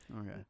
okay